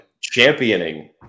championing